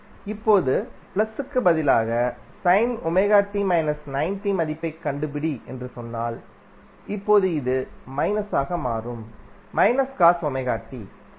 இப்போது பிளஸுக்கு பதிலாக மதிப்பைக் கண்டுபிடி என்று சொன்னால் இப்போது இது மைனஸாக மாறும் சரி